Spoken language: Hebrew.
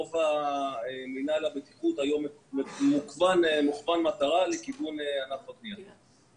רוב מינהל הבטיחות היום מכוון מטרה לכיוון ענף הבנייה.